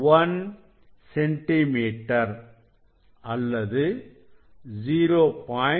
001 centimetre அல்லது 0